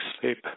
sleep